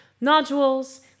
nodules